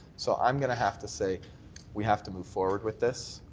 so i'm going to have to say we have to move forward with this.